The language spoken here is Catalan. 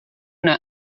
una